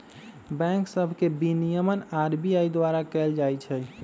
bank सभ के विनियमन आर.बी.आई द्वारा कएल जाइ छइ